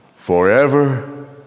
Forever